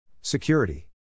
Security